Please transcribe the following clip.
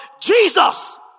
Jesus